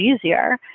easier